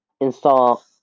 Install